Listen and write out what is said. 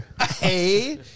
Hey